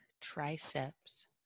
triceps